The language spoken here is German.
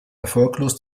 erfolglos